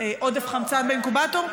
עודף חמצן באינקובטור,